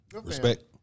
Respect